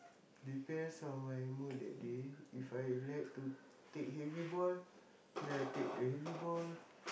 depends on my mood that day if I like to take heavy ball then I take the heavy ball